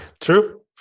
True